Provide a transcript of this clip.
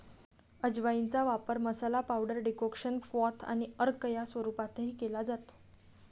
अजवाइनचा वापर मसाला, पावडर, डेकोक्शन, क्वाथ आणि अर्क या स्वरूपातही केला जातो